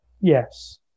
Yes